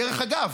דרך אגב,